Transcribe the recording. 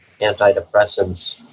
antidepressants